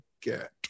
get